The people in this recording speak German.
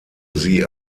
sie